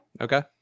okay